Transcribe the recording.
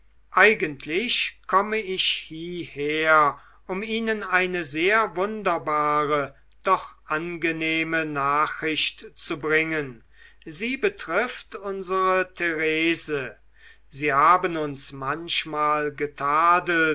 eigentlich komme ich hierher um ihnen eine sehr wunderbare doch angenehme nachricht zu bringen sie betrifft unsere therese sie haben uns manchmal